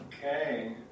Okay